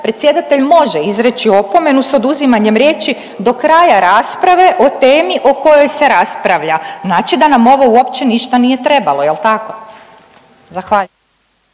predsjedatelj može izreći opomenu s oduzimanjem riječi do kraja rasprave o temi o kojoj se raspravlja. Znači da nam ovo uopće ništa nije trebalo, jel tako? Zahvaljujem.